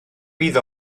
bydd